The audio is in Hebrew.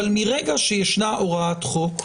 אבל מרגע שיש הוראת חוק,